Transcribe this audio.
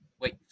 Wait